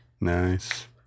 Nice